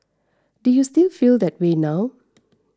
do you still feel that way now